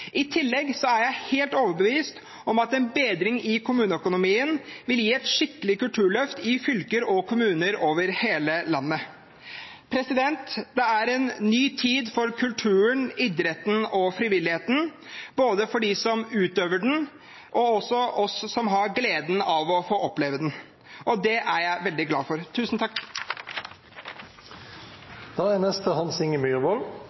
I tillegg er jeg helt overbevist om at en bedring i kommuneøkonomien vil gi et skikkelig kulturløft i fylker og kommuner over hele landet. Det er en ny tid for kulturen, idretten og frivilligheten – både for de utøvende og for oss som har glede av å få oppleve den. Og det er jeg veldig glad for.